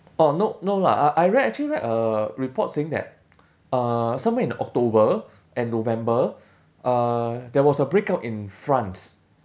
oh no no lah I read actually read a report saying that uh somewhere in october and november uh there was a breakout in france